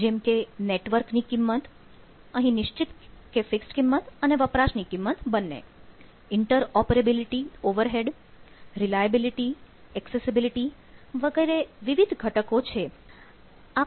જેમકે નેટવર્ક ની કિંમત વગેરે વિવિધ ઘટકો છે